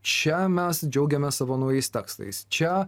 šią mes džiaugiamės savo naujais tekstais čia